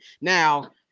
Now